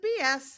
BS